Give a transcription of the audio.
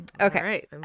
Okay